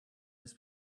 his